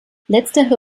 letztere